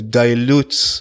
dilutes